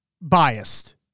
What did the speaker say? biased